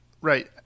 Right